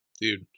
Dude